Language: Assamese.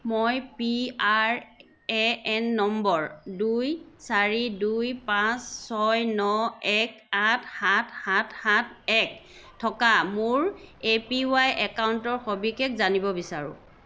মই পিআৰএএন নম্বৰ দুই চাৰি দুই পাঁচ ছয় ন এক আঠ সাত সাত সাত এক থকা মোৰ এপিৱাই একাউণ্টৰ সবিশেষ জানিব বিচাৰোঁ